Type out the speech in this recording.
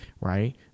Right